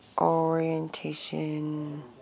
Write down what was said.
Orientation